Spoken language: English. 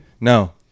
No